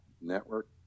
network